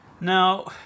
Now